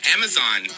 Amazon